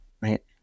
right